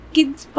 Kids